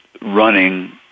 running